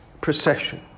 procession